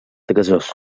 gasós